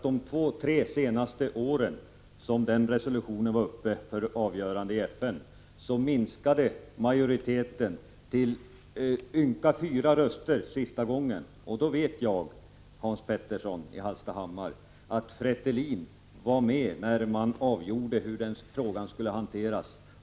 De två, tre senaste åren då resolutionen var uppe till avgörande i FN minskade majoriteten till ynka fyra röster. Jag vet, Hans Petersson, att Fretilin var med när man avgjorde hur frågan skulle hanteras.